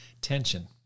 tension